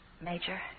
Major